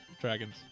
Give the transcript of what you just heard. Dragons